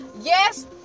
yes